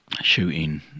shooting